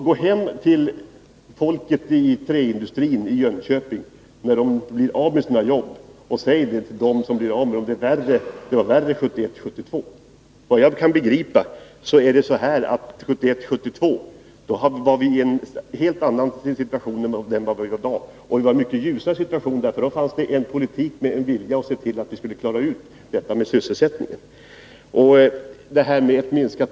Gå hem till människorna i träindustrin i Jönköping när de blir av med sina jobb och säg till dem att det var värre 1971/72! Då hade vi dock en mycket ljusare situation än vi har i dag, därför att då bedrevs en politik med vilja att se till att vi skulle klara sysselsättningen.